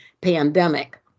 pandemic